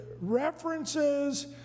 references